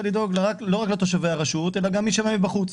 לדאוג לא רק לתושבי הרשות אלא גם למי שבא מבחוץ.